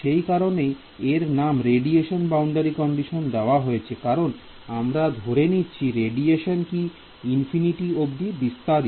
সেই কারণেই এর নাম রেডিয়েশন বাউন্ডারি কন্ডিশন দেওয়া হয়েছে কারণ আমরা ধরে নিচ্ছি রেডিয়েশন কি ইনফিনিটি অব্দি বিস্তারিত